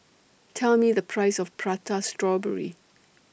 Tell Me The Price of Prata Strawberry